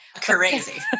Crazy